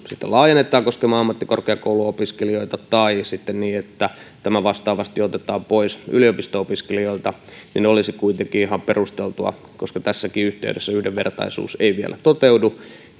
laajennetaan koskemaan ammattikorkeakouluopiskelijoita tai sitten niin että tämä vastaavasti otetaan pois yliopisto opiskelijoilta niin tämä olisi kuitenkin ihan perusteltua koska tässäkään yhteydessä yhdenvertaisuus ei vielä toteudu